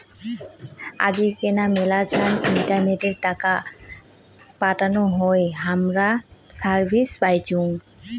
আজিকেনা মেলাছান ইন্টারনেটে টাকা পাতানো হই হামরা সার্ভিস পাইচুঙ